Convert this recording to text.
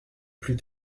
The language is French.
plus